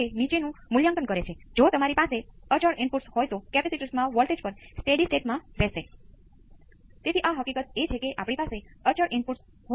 આનો વાસ્તવિક ભાગ અને તે કરવા માટેની ઘણી રીતો શું છે સૌ પ્રથમ હું માનું છું કે આપણે જટિલ સંખ્યાઓ સાથે જોડાયેલી ગણતરીમાં પહેલેથી જ ખૂબ આરામદાયક છીએ જટિલ સંખ્યાઓના બે સ્વરૂપો છે આ રેક્ટેંગ્યુલર અથવા કોણ છે